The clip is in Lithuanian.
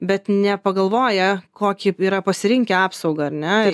bet nepagalvoja kokią yra pasirinkę apsaugą ar ne